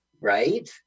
right